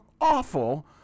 awful